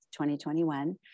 2021